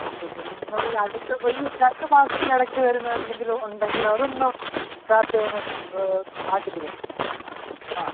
okay okay നിങ്ങൾ ഈ അടുത്ത് ഈ രണ്ട് മാസത്തിന് ഇടയ്ക്ക് വരുന്ന എന്തെങ്കിലും ഉണ്ടെങ്കിൽ അത് ഒന്ന് ചാർട്ട് ചെയ്ത് ആക്കിത്തരുമോ ആ